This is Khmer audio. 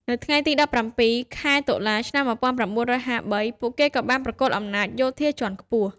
នៅថ្ងៃទី ១៧ ខែតុលា ឆ្នាំ ១៩៥៣ ពួកគេក៏បានប្រគល់អំណាចយោធាជាន់ខ្ពស់។